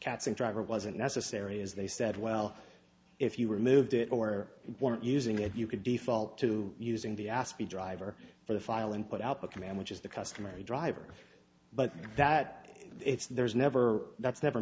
cats and driver wasn't necessary is they said well if you removed it or weren't using it you could default to using the aspi driver for the file and put out a command which is the customary driver but that it's there is never that's never